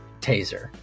taser